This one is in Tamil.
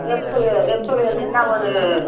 எப்போ எப்போ வேணுன்னா ஒரு